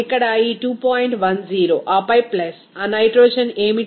10 ఆపై ప్లస్ ఆ నైట్రోజన్ ఏమిటి ఇక్కడ ఇది 7